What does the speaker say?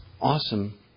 awesome